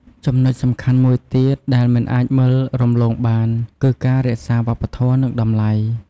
ចំណុចសំខាន់មួយទៀត ដែលមិនអាចមើលរំលងបាន គឺ ការរក្សាវប្បធម៌ និងតម្លៃ ។